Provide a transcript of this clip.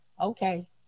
okay